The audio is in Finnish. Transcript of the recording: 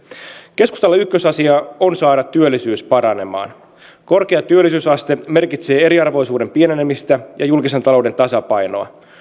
keskustalle ykkösasia on saada työllisyys paranemaan korkea työllisyysaste merkitsee eriarvoisuuden pienenemistä ja julkisen talouden tasapainoa